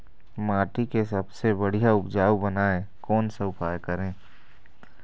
माटी के सबसे बढ़िया उपजाऊ बनाए कोन सा उपाय करें?